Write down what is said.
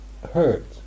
hurt